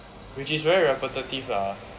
which is very repetitive lah